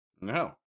No